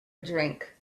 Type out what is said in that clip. drink